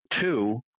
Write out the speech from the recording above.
Two